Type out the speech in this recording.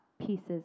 pieces